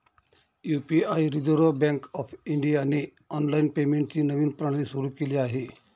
UPI reserve bank of इंडियाने online पेमेंटची नवीन प्रणाली सुरू केली आहे